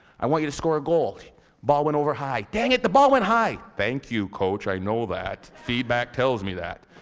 i want you to score a goal. the ball went over high. dang it! the ball went high! thank you coach, i know that. feedback tells me that.